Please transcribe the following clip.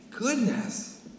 Goodness